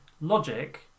logic